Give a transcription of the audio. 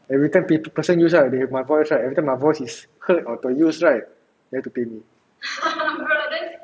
every people person use right they have my voice right my voice is heard or got use right they have to pay me